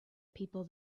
people